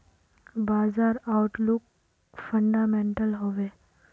बाजार outlook fundamental हैवै?